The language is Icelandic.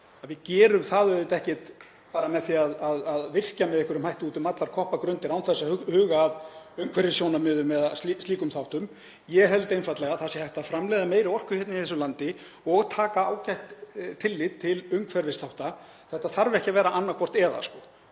við gerum það ekki bara með því að virkja með einhverjum hætti út um allar koppagrundir án þess að huga að umhverfissjónarmiðum eða slíkum þáttum. Ég held einfaldlega að það sé hægt að framleiða meiri orku í þessu landi og taka ágætt tillit til umhverfisþátta. Þetta þarf ekki að vera annaðhvort eða.